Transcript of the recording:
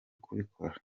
kubikora